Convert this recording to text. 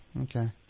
Okay